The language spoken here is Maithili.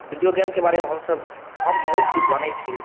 विडियो गेम के बारे मे हमसब हम बहुत किछु जानै छी